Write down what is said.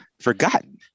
forgotten